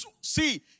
see